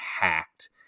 hacked